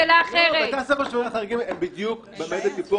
בתי הספר שמגיעים לחריגים הם בדיוק במדד טיפוח